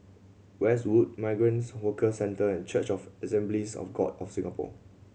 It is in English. Westwood Migrant Workers Centre and Church of the Assemblies of God of Singapore